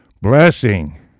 Blessing